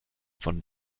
von